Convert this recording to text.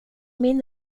min